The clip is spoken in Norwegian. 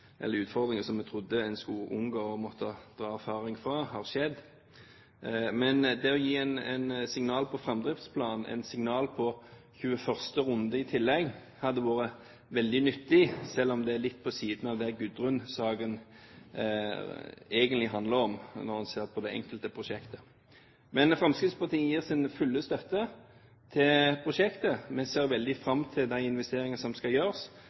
Utfordringer som man trodde man skulle unngå å måtte dra erfaring fra, har skjedd. Men det å gi et signal på framdriftsplanen, et signal på 21. runde i tillegg, hadde vært veldig nyttig, selv om det er litt på siden av det Gudrun-saken egentlig handler om, når en ser på det enkelte prosjektet. Men Fremskrittspartiet gir sin fulle støtte til prosjektet. Vi ser veldig fram til de investeringene som skal gjøres.